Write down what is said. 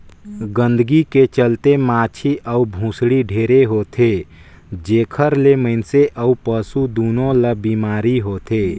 गंदगी के चलते माछी अउ भुसड़ी ढेरे होथे, जेखर ले मइनसे अउ पसु दूनों ल बेमारी होथे